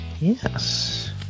Yes